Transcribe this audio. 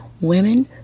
Women